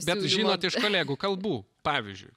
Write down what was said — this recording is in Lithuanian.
bet žinot iš kolegų kalbų pavyzdžiui